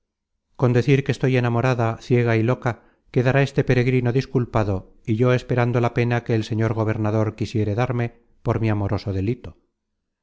con decir que estoy enamorada ciega y loca quedará este peregrino disculpado y yo esperando la pena que el señor gobernador quisiere darme por mi amoroso delito